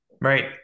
Right